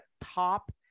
top